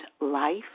life